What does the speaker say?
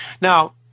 Now